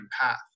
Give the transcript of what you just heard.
path